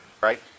right